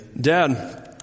Dad